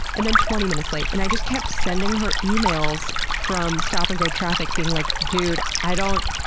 and then twenty minutes late. and i just kept sending her emails from stop and go traffic being like, dude, i don't.